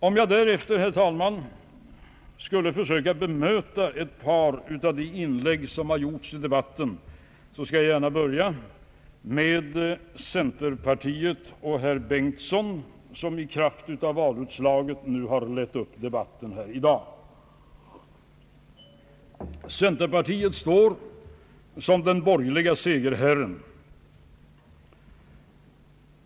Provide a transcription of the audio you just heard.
Om jag därefter, herr talman, skulle försöka bemöta ett par av de inlägg som har gjorts i debatten, skall jag gärna börja med herr Bengtson som representant för centerpartiet — herr Bengtson har ju i kraft av valutslaget inlett debatten här i dag. Centerpartiet står såsom den borgerlige segerherren.